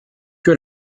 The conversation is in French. que